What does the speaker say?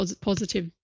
positive